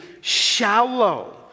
shallow